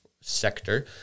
sector